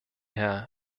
herr